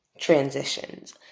transitions